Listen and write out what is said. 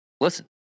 listen